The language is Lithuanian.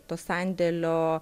to sandėlio